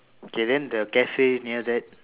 okay then the cafe near that